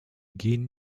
gehen